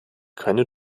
keine